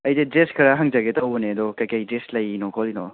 ꯑꯩꯁꯦ ꯗ꯭ꯔꯦꯁ ꯈꯔ ꯍꯪꯖꯒꯦ ꯇꯧꯕꯅꯦ ꯑꯗꯣ ꯀꯔꯤ ꯀꯔꯤ ꯗ꯭ꯔꯦꯁ ꯂꯩꯔꯤꯅꯣ ꯈꯣꯠꯂꯤꯅꯣ